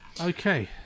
okay